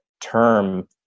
term